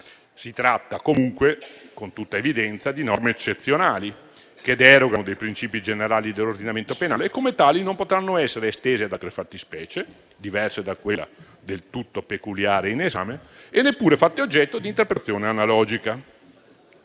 Si tratta, comunque, con tutta evidenza, di norme eccezionali che derogano a dei princìpi generali dell'ordinamento penale e come tali non potranno essere estese ad altre fattispecie diverse da quella del tutto peculiare in esame e neppure fatte oggetto di interpretazione analogica.